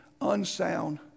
unsound